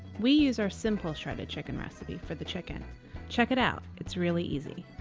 we use our simple shredded chicken recipe for the chicken check it out, it's really easy!